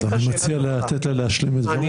אני מציע לתת לה להשלים את דבריה.